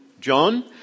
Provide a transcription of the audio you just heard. John